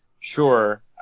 Sure